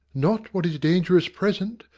not what is dangerous present,